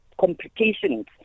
complications